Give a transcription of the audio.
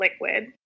liquid